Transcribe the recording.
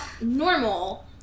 normal